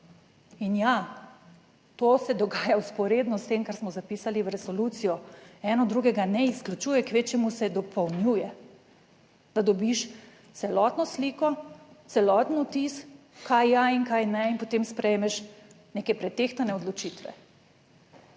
in ja, to se dogaja vzporedno s tem kar smo zapisali v resolucijo, eno drugega ne izključuje, kvečjemu se dopolnjuje, da dobiš celotno sliko, celoten vtis kaj ja in kaj ne in potem sprejmeš neke pretehtane odločitve.